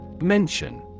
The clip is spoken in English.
Mention